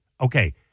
Okay